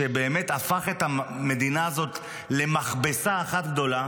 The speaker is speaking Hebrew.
שבאמת הפך את המדינה הזאת למכבסה אחת גדולה